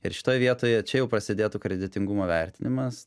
ir šitoj vietoj čia jau prasidėtų kreditingumo vertinimas